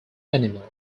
animal